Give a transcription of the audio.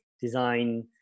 design